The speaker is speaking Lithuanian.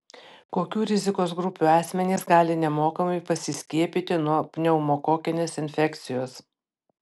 kokių rizikos grupių asmenys gali nemokamai pasiskiepyti nuo pneumokokinės infekcijos